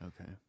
Okay